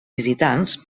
visitants